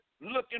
looking